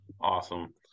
Awesome